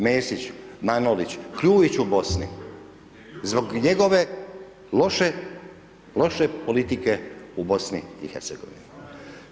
Mesić, Manolić, Kljuić u Bosni, zbog njegove loše politike u BiH-u.